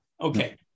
Okay